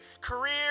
career